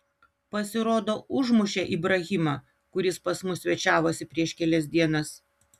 pasirodo užmušė ibrahimą kuris pas mus svečiavosi prieš kelias dienas